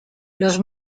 los